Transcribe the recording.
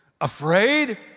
Afraid